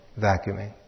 vacuuming